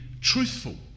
truthful